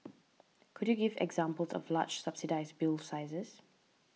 could you give examples of large subsidised bill sizes